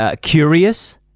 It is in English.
Curious